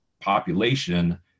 population